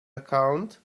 account